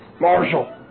Marshall